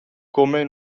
come